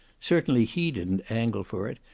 certainly he didn't angle for it,